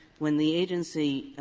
when the agency